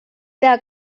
pea